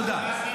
תודה.